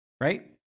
right